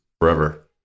forever